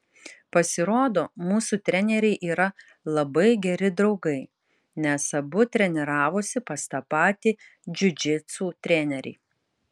pasirodo mūsų treneriai yra labai geri draugai nes abu treniravosi pas tą patį džiudžitsu trenerį